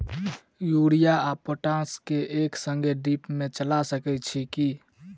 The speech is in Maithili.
यूरिया आ पोटाश केँ एक संगे ड्रिप मे चला सकैत छी की?